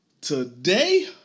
today